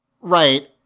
Right